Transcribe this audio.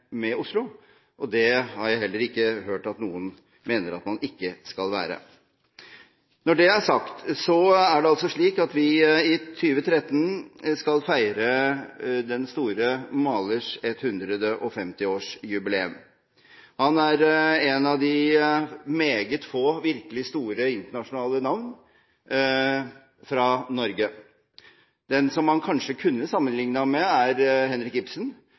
med Oslo, og det har jeg heller ikke hørt at noen mener at man ikke skal være. Når det er sagt, er det slik at vi i 2013 skal feire den store malers 150-årsjubileum. Han er en av de meget få virkelig store internasjonale navn fra Norge. Den man kanskje kunne sammenligne ham med, er Henrik Ibsen.